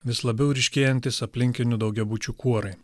vis labiau ryškėjantys aplinkinių daugiabučių kuorai